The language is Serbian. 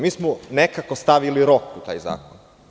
Mi smo nekako stavili rok u taj zakon.